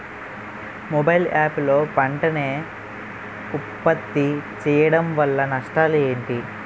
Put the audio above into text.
Mobile app లో పంట నే ఉప్పత్తి చేయడం వల్ల నష్టాలు ఏంటి?